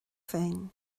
féin